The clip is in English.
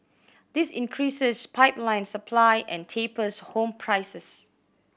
this increases pipeline supply and tapers home prices